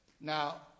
Now